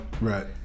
right